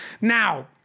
Now